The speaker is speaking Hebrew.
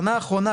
שנה אחרונה,